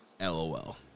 LOL